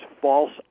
false